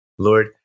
Lord